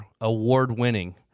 award-winning